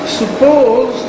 suppose